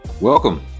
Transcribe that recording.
Welcome